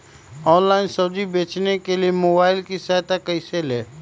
Online सब्जी बेचने के लिए मोबाईल की सहायता कैसे ले?